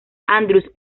andrews